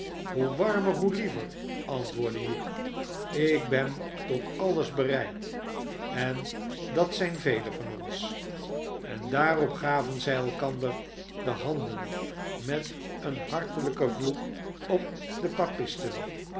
hoe warmer hoe liever antwoordde hugh ik ben tot alles bereid en dat zijn velen van ons en daarop gaven zij elkander de handen met een hartelijken vloek op de